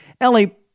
Ellie